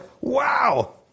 wow